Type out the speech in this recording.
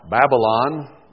Babylon